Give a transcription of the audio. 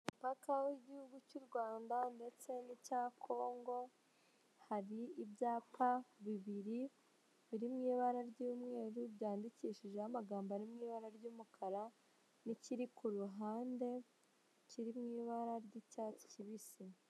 Umupaka w'igihugu cy'u Rwanda ndetse n'icya Congo, hari ibyapa bibiri biri mu ibara ry'umweru byandikishijeho amagambo ari mu ibara ry'umukara n'ikiri ku ruhande kiri mu ibara ry'icyatsi kibisi.